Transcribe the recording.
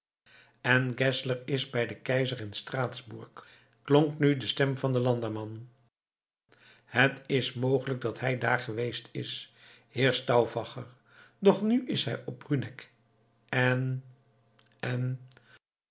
en geszler is bij den keizer in straatsburg klonk nu de stem van den landamman het is mogelijk dat hij daar geweest is heer stauffacher doch nu is hij op den bruneck en en